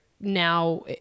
now –